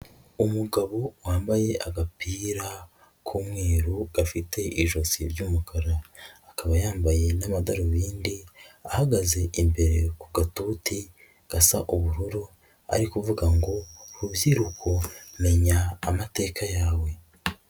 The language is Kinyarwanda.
Umugabo wambaye agapira k'umweru gafite ijosi ry'umukara, akaba yambaye n'amadarubindi ahagaze imbere ku gatuti gasa ubururu ari kuvuga ngo rubyiruko menya amateka yawe.